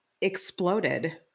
exploded